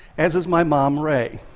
as is my mom, rae.